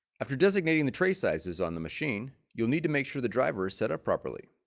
after designating the tray sizes on the machine, you'll need to make sure the driver is set up properly.